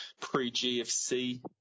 pre-GFC